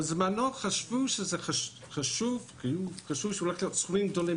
בזמנו חשבו שהולכים להיות סכומים גדולים